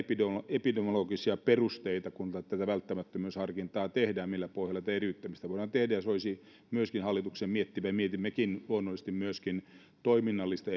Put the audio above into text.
epidemiologisia perusteita kun tätä välttämättömyysharkintaa tehdään millä pohjalla tätä eriyttämistä voidaan tehdä ja soisi myöskin hallituksen miettivän ja mietimmekin luonnollisesti myöskin toiminnallista